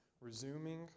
resuming